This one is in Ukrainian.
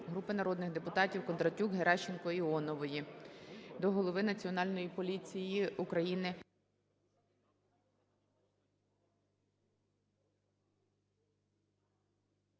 Групи народних депутатів (Кондратюк, Геращенко, Іонової) до Голови Національної поліції України…